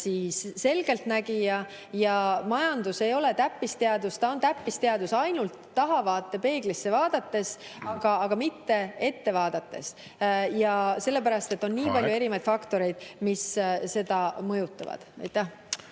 ole selgeltnägija ja majandus ei ole täppisteadus. See on täppisteadus ainult tahavaatepeeglisse vaadates, aga mitte ette vaadates. Sellepärast, et on nii … Aeg! Aeg! … palju erinevaid faktoreid, mis seda mõjutavad.